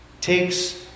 takes